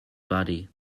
body